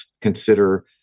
consider